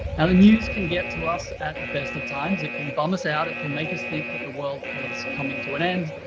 now the news can get to us at the best of times. it can bum us out. it can make us think that the world is coming to an end,